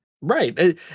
Right